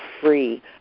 free